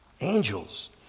angels